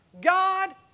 God